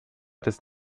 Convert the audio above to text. des